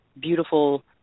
beautiful